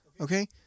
okay